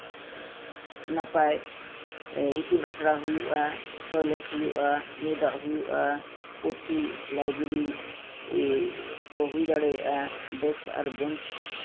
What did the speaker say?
ᱱᱟᱯᱟᱭ ᱤᱛᱩᱱ ᱟᱥᱲᱟ ᱦᱩᱭᱩᱜᱼᱟ ᱴᱚᱭᱞᱮᱴ ᱦᱩᱭᱩᱜᱼᱟ ᱧᱩ ᱫᱟᱜ ᱦᱩᱭᱩᱜᱼᱟ ᱯᱩᱛᱷᱤ ᱞᱟᱭᱵᱮᱹᱨᱤ ᱠᱚ ᱦᱩᱭ ᱫᱟᱲᱮᱭᱟᱜᱼᱟ ᱰᱮᱹᱠᱥ ᱟᱨ ᱵᱮᱧᱪ